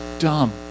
dumb